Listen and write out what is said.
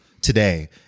today